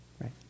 Right